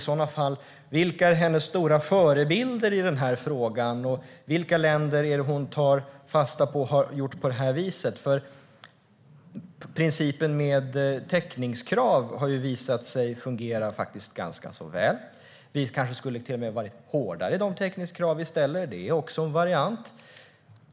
Vilka är i så fall hennes stora förebilder i denna fråga? Vilka länder är det hon tar fasta på som har gjort på det viset? Principen med täckningskrav har nämligen visat sig fungera ganska väl. Vi kanske till och med skulle ha ställt hårdare täckningskrav; det är också en variant.